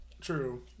True